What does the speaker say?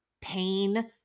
Pain